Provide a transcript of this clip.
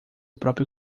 próprio